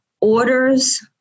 orders